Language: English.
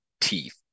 teeth